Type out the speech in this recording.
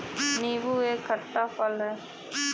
नीबू एक खट्टा फल है